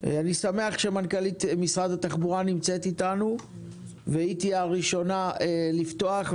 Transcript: אני שמח שמנכ"לית משרד התחבורה נמצאת אתנו והיא תהיה הראשונה לפתוח.